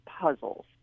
puzzles